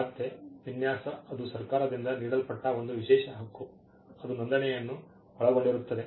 ಮತ್ತೆ ವಿನ್ಯಾಸ ಅದು ಸರ್ಕಾರದಿಂದ ನೀಡಲ್ಪಟ್ಟ ಒಂದು ವಿಶೇಷ ಹಕ್ಕು ಅಂದರೆ ಅದು ನೋಂದಣಿಯನ್ನು ಒಳಗೊಂಡಿರುತ್ತದೆ